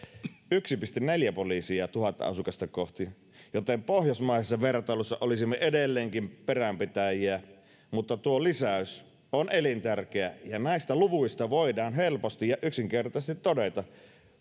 yhtä pilkku neljää poliisia tuhatta asukasta kohti joten pohjoismaisessa vertailussa olisimme edelleenkin peränpitäjiä mutta tuo lisäys on elintärkeä ja näistä luvuista voidaan helposti ja yksinkertaisesti todeta